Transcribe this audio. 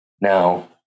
now